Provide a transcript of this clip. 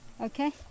Okay